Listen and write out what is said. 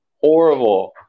horrible